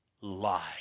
lie